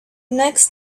next